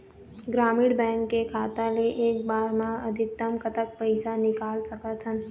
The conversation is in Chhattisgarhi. ग्रामीण बैंक के खाता ले एक बार मा अधिकतम कतक पैसा निकाल सकथन?